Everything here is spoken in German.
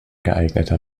geeigneter